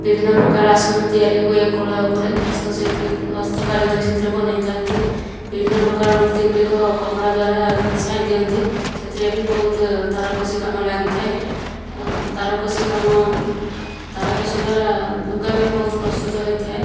ବିଭିନ୍ନ ପ୍ରକାର ଆସନ ତିଆରି ହୁଏ କଳା ଉପରେ ହସ୍ତଶିଳ୍ପୀ ହସ୍ତକାରିଗରୀ ସେଥିରେ ବନାଇଥାନ୍ତି ବିଭିନ୍ନ ପ୍ରକାର ମୂର୍ତ୍ତିଗୁଡ଼ିକ କପଡ଼ା ଦ୍ଵାରା ଛାଇଁ ଦିଅନ୍ତି ସେଥିରେ ବି ବହୁତ ତାରକସି କାମ ଲାଗିଥାଏ ଆଉ ତାରକସି କାମ ତାରକସି ଦ୍ୱାରା ଲୁଗା ବି ବହୁତ ପ୍ରସ୍ତୁତ ହୋଇଥାଏ